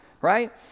right